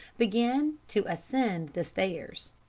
began to ascend the stairs.